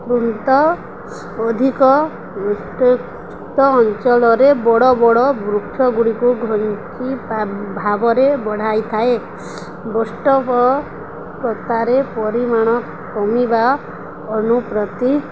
ଅଧିକ ଉତ୍ତ୍ୟକ୍ତ ଅଞ୍ଚଳରେ ବଡ଼ ବଡ଼ ବୃକ୍ଷ ଗୁଡ଼ିକୁ ଘଞ୍ଚ ଭାବରେ ବଢ଼ାଇଥାଏ ବଷ୍ଟ୍ ଷ୍ଟପ୍ ପରିମାଣ କମିବା ଅନୁପ୍ରତି